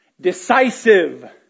Decisive